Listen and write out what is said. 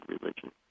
religion